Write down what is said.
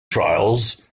trials